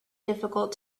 difficult